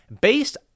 Based